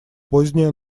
поздняя